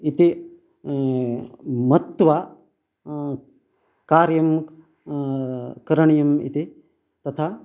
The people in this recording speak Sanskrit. इति मत्वा कार्यं करणीयम् इति तथा